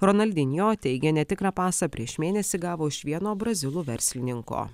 ron aldinijo teigia netikrą pasą prieš mėnesį gavo iš vieno brazilų verslininko